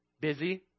busy